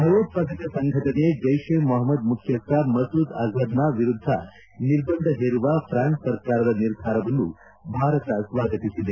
ಭಯೋತ್ಪಾದಕ ಸಂಘಟನೆ ಜೈಷೆ ಮಹ್ಮದ್ ಮುಖ್ಯಸ್ಥ ಮಸೂದ್ ಅಜರ್ನ ವಿರುದ್ಧ ನಿರ್ಬಂಧ ಹೇರುವ ಫ್ರಾನ್ಲೆ ಸರ್ಕಾರದ ನಿರ್ಧಾರವನ್ನು ಭಾರತ ಸ್ವಾಗತಿಸಿದೆ